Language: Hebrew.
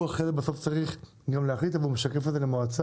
הוא צריך אחרי זה להחליט בסוף ולשקף את זה למועצה.